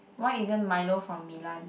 why isn't Milo from Milan